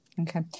okay